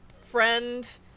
friend